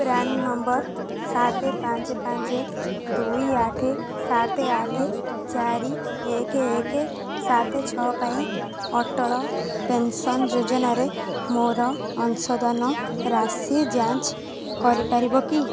PRAN number ସାତ ପାଞ୍ଚ ପାଞ୍ଚ ଦୁଇ ଆଠ ସାତ ଆଠ ଚାରି ଏକ ଏକ ସାତ ଛଅ ପାଇଁ ଅଟଳ ପେନ୍ସନ୍ ଯୋଜନାରେ ମୋର ଅଂଶଦାନ ରାଶି ଯାଞ୍ଚ କରିପାରିବ କି